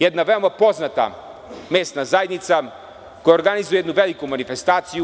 Jedna veoma poznata mesna zajednica koja organizuje jednu veliku manifestaciju.